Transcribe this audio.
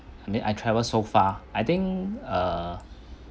I mean I travelled so far I think err